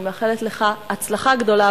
אני מאחלת לך הצלחה גדולה,